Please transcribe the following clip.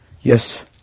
Yes